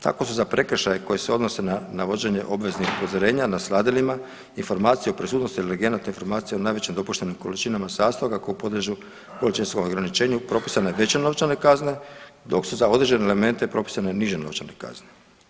Tako su za prekršaje koje se odnose na navođenje obveznih upozorenja na sladilima informaciju o prisutnosti alergenata i informaciju o najvećim dopuštenim količinama sastojaka koje podliježu količinskom ograničenju propisana je veće novčane kazne dok su za određene elemente propisane niže novčane kazne.